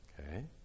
Okay